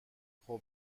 خوب